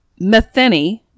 Metheny